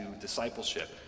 discipleship